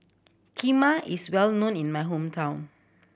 kheema is well known in my hometown